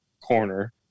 corner